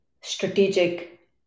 strategic